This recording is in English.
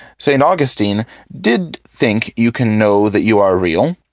st. augustine did think you can know that you are real,